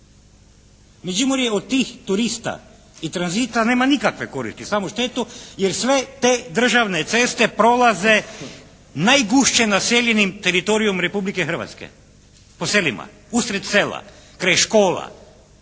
Međimurje od tih turista i tranzita nema nikakve koristi samo štetu jer sve te državne ceste prolaze najgušće naseljenim teritorijem Republike Hrvatske po selima, usred sela, kraj škola,